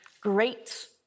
Great